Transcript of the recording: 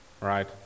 right